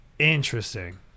interesting